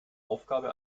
aufgabe